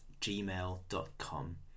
gmail.com